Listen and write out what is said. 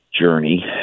journey